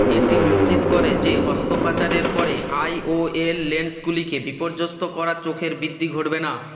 এটি নিশ্চিত করে যে অস্ত্রোপচারের পরে আইওএল লেন্সগুলিকে বিপর্যস্ত করা চোখের বৃদ্ধি ঘটবে না